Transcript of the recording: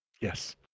Yes